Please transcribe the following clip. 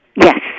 Yes